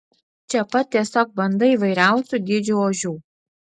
čia pat tiesiog banda įvairiausių dydžių ožių